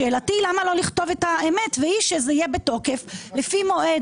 שאלתי היא למה לא לכתוב את האמת והיא שזה יהיה בתוקף לפי מועד,